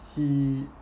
he